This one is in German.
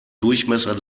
durchmesser